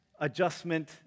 adjustment